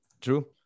True